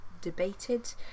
debated